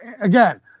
Again